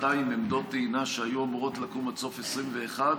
עמדות טעינה שהיו אמורות לקום עד סוף 2021,